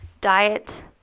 diet